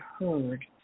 heard